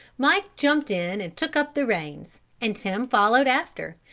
mike jumped in and took up the reins and tim followed after,